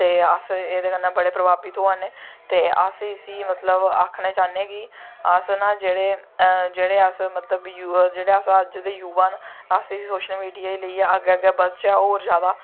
ते अस एह्दे कन्नै बड़े प्रभावित होआ ने ते अस इसी मतलव आक्खना चाह्न्ने आं कि अस न जेह्ड़े जेह्ड़ा मतलव जेह्ड़े अस अज्ज दे युवा न अस इसी सोशल मीडिया गी लेईयै अग्गै अग्गै बधचै होर जादा